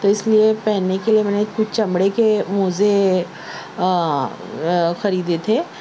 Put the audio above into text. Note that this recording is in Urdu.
تو اس لئے پہننے کے لئے میں نے کچھ چمڑے کے موزے خریدے تھے